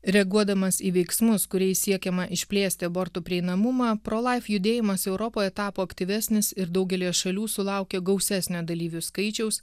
reaguodamas į veiksmus kuriais siekiama išplėsti abortų prieinamumą pro laif judėjimas europoje tapo aktyvesnis ir daugelyje šalių sulaukė gausesnio dalyvių skaičiaus